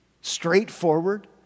straightforward